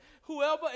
Whoever